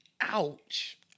Ouch